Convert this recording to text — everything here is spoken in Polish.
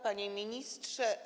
Panie Ministrze!